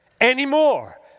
anymore